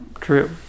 true